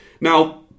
Now